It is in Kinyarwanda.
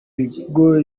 bigo